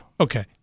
Okay